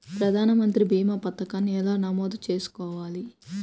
ప్రధాన మంత్రి భీమా పతకాన్ని ఎలా నమోదు చేసుకోవాలి?